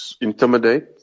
intimidate